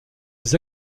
les